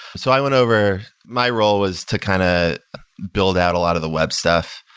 so i went over. my role was to kind of build out a lot of the web stuff.